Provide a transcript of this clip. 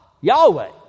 Yahweh